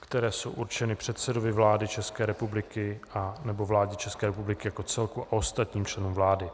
které jsou určeny předsedovi vlády České republiky nebo vládě České republiky jako celku a ostatním členům vlády.